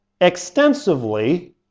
extensively